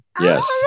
Yes